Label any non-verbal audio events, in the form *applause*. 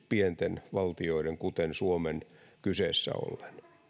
*unintelligible* pienten valtioiden kuten suomen kyseessä ollen